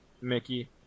Mickey